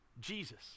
jesus